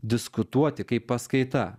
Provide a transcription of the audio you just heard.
diskutuoti kaip paskaita